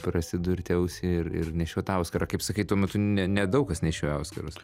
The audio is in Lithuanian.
prasidurti ausį ir ir nešiot auskarą kaip sakai tuo metu nedaug kas nešiojo auskarus